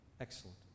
Excellent